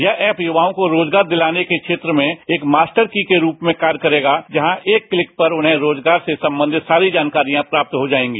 यह ऐप युवाओं को रोजगार दिलाने के क्षेत्र में एक मास्टर की के रूप में कार्य करेगा जहां एक क्लिक पर उन्हें रोजगार से संबंधित सारी जानकारिया प्राप्त हो जाएगी